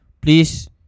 Please